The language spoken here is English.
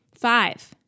Five